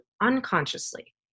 unconsciously